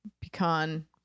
pecan